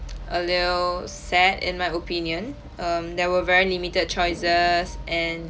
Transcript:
a little sad in my opinion um there were very limited choices and